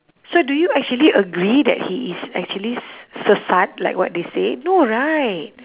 so do you actually agree that he is actually s~ sesat like what they say no right